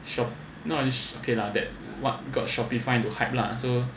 shop okay lah that what got Shopee find the hype lah so